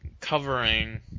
covering